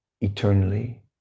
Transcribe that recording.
eternally